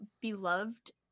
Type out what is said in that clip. beloved